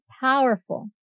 powerful